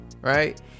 right